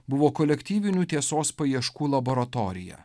buvo kolektyvinių tiesos paieškų laboratorija